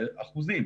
באחוזים.